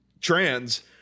trans